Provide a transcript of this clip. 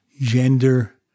Gender